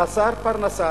חסר פרנסה,